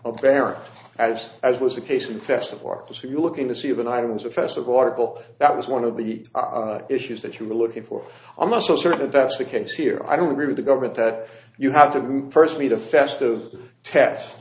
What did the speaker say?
parent as as was the case in festival arcus are you looking to see when i was a festival article that was one of the issues that you were looking for i'm not so certain that's the case here i don't agree with the government that you have to first meet a festive t